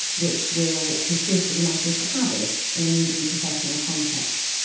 which will persist as a matter of habit in the professional context.